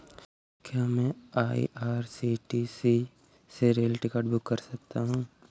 क्या मैं आई.आर.सी.टी.सी से रेल टिकट बुक कर सकता हूँ?